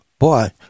Boy